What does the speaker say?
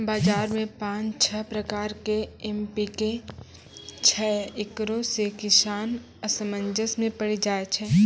बाजार मे पाँच छह प्रकार के एम.पी.के छैय, इकरो मे किसान असमंजस मे पड़ी जाय छैय?